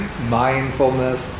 mindfulness